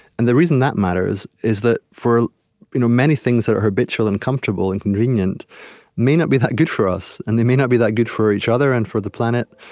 and the reason that matters is that you know many things that are habitual and comfortable and convenient may not be that good for us, and they may not be that good for each other and for the planet,